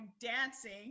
dancing